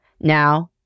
Now